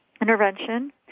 intervention